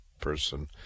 person